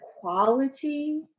quality